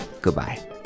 Goodbye